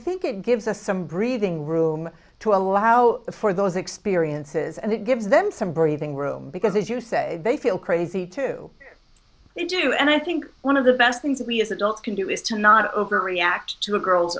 think it gives us some breathing room to allow for those experiences and it gives them some breathing room because as you say they feel crazy too they do and i think one of the best things we as adults can do is to not overreact to a girl's